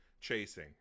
chasing